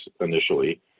initially